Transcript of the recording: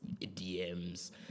DMs